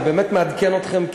אני באמת מעדכן אתכם,